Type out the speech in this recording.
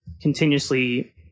continuously